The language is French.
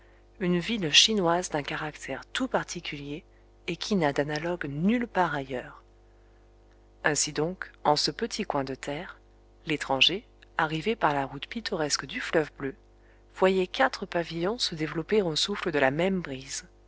une ville chinoise d'un caractère tout particulier et qui n'a d'analogue nulle part ailleurs ainsi donc en ce petit coin de terre l'étranger arrivé par la route pittoresque du fleuve bleu voyait quatre pavillons se développer au souffle de la même brise